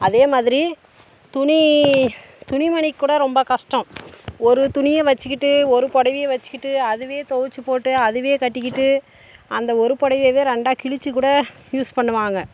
அதேமாதிரி துணி துணிமணிக்கு கூட ரொம்ப கஷ்டம் ஒரு துணியை வச்சிக்கிட்டு ஒரு புடவைய வச்சிக்கிட்டு அதுவே துவச்சிப் போட்டு அதுவே கட்டிக்கிட்டு அந்த ஒரு புடவையவே ரெண்டாக கிழிச்சு கூட யூஸ் பண்ணுவாங்க